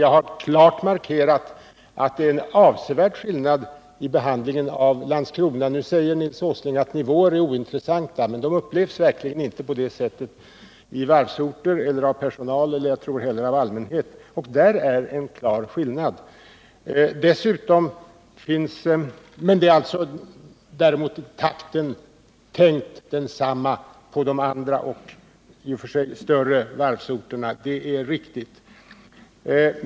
Jag har klart markerat att det är en avsevärd skillnad i behandlingen av Landskrona. Nu säger Nils G. Åsling att nivåer är ointressanta. Men de upplevs verkligen inte på det sättet i varvsorter — inte av personalen och, tror jag, inte heller av allmänheten. Där är en klar skillnad. Men däremot är alltså takten tänkt att vara densamma på de andra och större varvsorterna, det är riktigt.